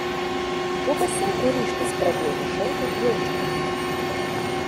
buvo sunku ryžtis pradėti šou taip jaučiantis